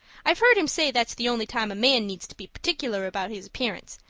i've heard him say that's the only time a man needs to be particular about his appearance,